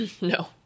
no